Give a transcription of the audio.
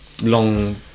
long